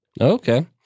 Okay